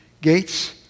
gates